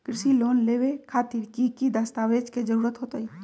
कृषि लोन लेबे खातिर की की दस्तावेज के जरूरत होतई?